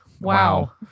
Wow